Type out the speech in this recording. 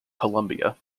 columbia